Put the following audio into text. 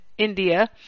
India